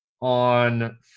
on